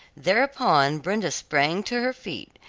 thereupon brenda sprang to her feet,